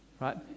Right